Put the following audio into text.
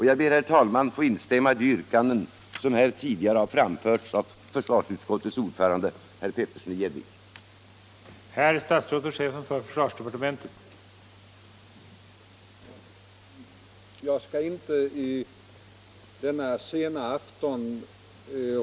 Jag ber, herr talman, att få instämma i de yrkanden som här tidigare framställts av utskottets ordförande, herr Petersson i Gäddvik.